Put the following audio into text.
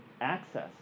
access